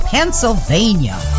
Pennsylvania